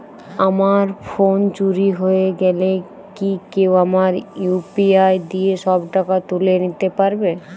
আমার ফোন চুরি হয়ে গেলে কি কেউ আমার ইউ.পি.আই দিয়ে সব টাকা তুলে নিতে পারবে?